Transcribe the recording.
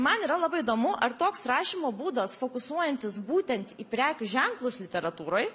man yra labai įdomu ar toks rašymo būdas fokusuojantis būtent į prekių ženklus literatūroj